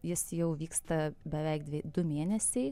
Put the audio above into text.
jis jau vyksta beveik dvi du mėnesiai